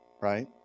right